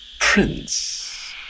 prince